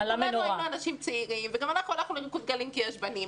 אנחנו כולנו היינו אנשים צעירים וגם אנחנו הלכנו לריקודגלים כי יש בנים.